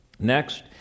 Next